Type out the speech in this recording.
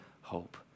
hope